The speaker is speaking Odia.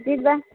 ଯିବା